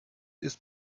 ist